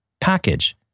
package